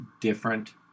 different